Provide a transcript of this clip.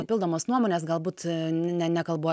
papildomos nuomonės galbūt ne nekalbu